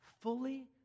fully